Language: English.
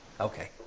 Okay